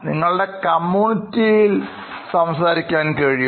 നിങ്ങളുടെ കമ്മ്യൂണിറ്റിയിൽ സംസാരിക്കാൻ കഴിയും